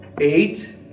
Eight